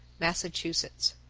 massachusetts.